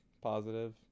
positive